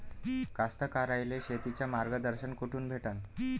कास्तकाराइले शेतीचं मार्गदर्शन कुठून भेटन?